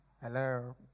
Hello